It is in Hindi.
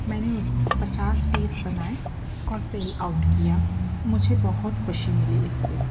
मैंने उस पचास पीस बनाए और सेल आउट किया मुझे बहुत खुशी मिली इससे